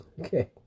okay